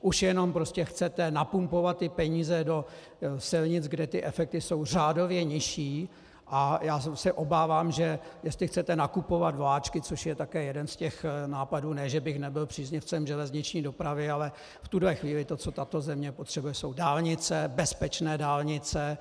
Už jenom prostě chcete napumpovat ty peníze do silnic, kde ty efekty jsou řádově nižší, a já se obávám, že jestli chcete nakupovat vláčky, což je také jeden z těch nápadů, ne že bych nebyl příznivcem železniční dopravy, ale v tuto chvíli to, co tato země potřebuje, jsou dálnice, bezpečné dálnice.